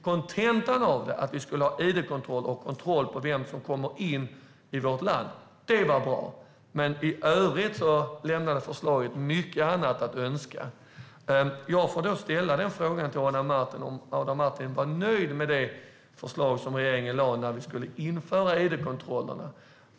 Kontentan av det, att vi skulle ha id-kontroller och kontroll på vem som kommer in i landet, var bra, men i övrigt lämnade förslaget mycket annat att önska. Var Adam Marttinen nöjd med det förslag som regeringen lade fram när vi skulle införa id-kontrollerna?